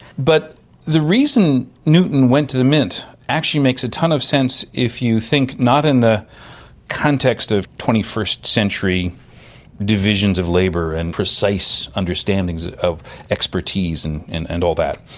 but the reason newton went to the mint actually makes a tonne of sense if you think not in the context of twenty first century divisions of labour and precise understandings of expertise and and all that,